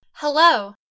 Hello